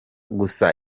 gusa